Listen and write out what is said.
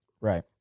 Right